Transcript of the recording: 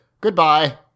Goodbye